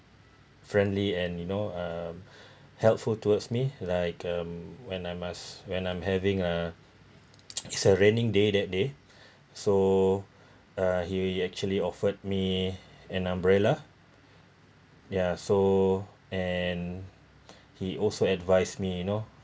friendly and you know um helpful towards me like um when I must when I'm having it's a rainy day that day so uh he actually offered me an umbrella ya so and he also advise me you know